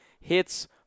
hits